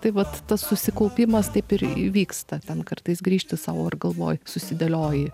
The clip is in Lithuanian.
tai vat tas susikaupimas taip ir įvyksta ten kartais grįžti savo galvoj susidėlioji